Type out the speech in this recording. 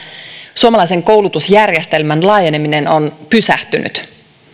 suomalaisen koulutusjärjestelmän laajeneminen on pysähtynyt